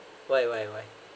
why why why